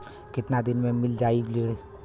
कितना दिन में मील जाई ऋण?